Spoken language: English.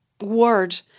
word